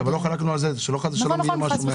למה את בורחת